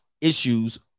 issues